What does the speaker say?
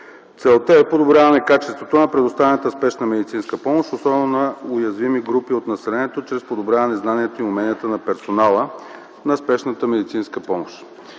Целта е подобряване качеството на предоставената спешна медицинска помощ, особено на уязвими групи от населението, чрез подобряване знанието и уменията на персонала на спешната медицинска помощ.